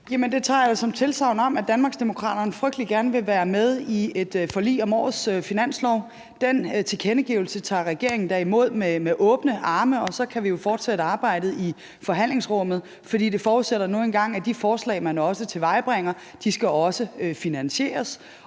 Løhde): Det tager jeg jo som et tilsagn om, at Danmarksdemokraterne frygtelig gerne vil være med i et forlig om årets finanslov. Den tilkendegivelse tager regeringen da imod med åbne arme, og så kan vi jo fortsætte arbejdet i forhandlingsrummet. For det forudsætter nu engang, at de forslag, man tilvejebringer, også skal finansieres.